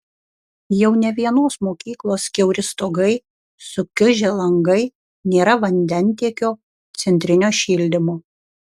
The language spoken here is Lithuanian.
jau ne vienos mokyklos kiauri stogai sukiužę langai nėra vandentiekio centrinio šildymo